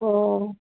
অঁ